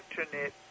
internet